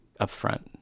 upfront